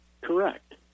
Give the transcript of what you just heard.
Correct